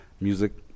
Music